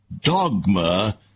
dogma